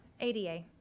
ADA